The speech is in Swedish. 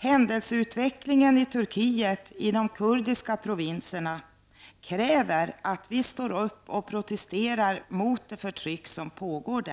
Händelseutvecklingen i Turkiet, i de kurdiska provinserna, kräver att vi står upp och protesterar mot det förtryck som där pågår,